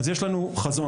אז יש לנו חזון.